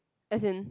as in